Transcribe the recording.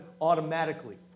automatically